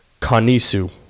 Kanisu